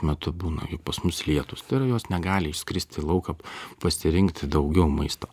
metu būna pas mus lietūs tai yra jos negali išskrist į lauką pasirinkti daugiau maisto